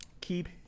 keep